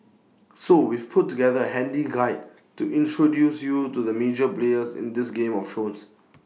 so we've put together A handy guide to introduce you to the major players in this game of thrones